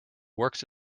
works